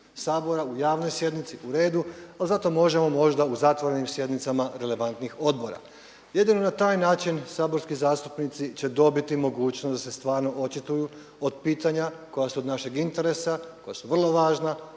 Sabora, u javnoj sjednici u redu, ali zato možemo možda u zatvorenim sjednicama relevantnih odbora. Jedino na taj način saborski zastupnici će dobiti mogućnost da se stvarno očituju od pitanja koja su od našeg interesa, koja su vrlo važna